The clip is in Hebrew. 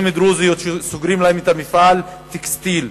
דרוזיות שסוגרים להן את מפעל הטקסטיל.